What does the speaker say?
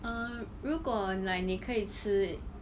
err 如果 like 你可以吃